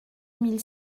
mille